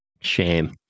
Shame